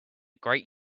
great